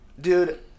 dude